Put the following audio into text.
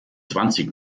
zwanzig